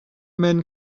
men